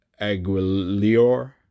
Aguilior